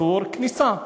איסור כניסה,